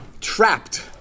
trapped